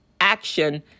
action